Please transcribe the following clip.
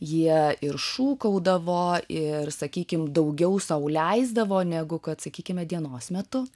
jie ir šūkaudavo ir sakykim daugiau sau leisdavo negu kad sakykime dienos metu